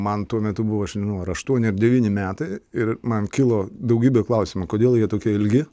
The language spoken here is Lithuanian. man tuo metu buvo aš nežinau ar aštuoni ar devyni metai ir man kilo daugybė klausimų kodėl jie tokie ilgi